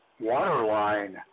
Waterline